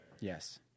Yes